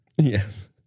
Yes